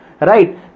right